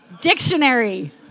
dictionary